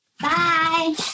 Bye